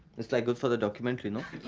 it's like good for the documentary, no?